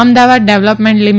Ahmedabad development લી